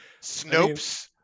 Snopes